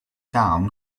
town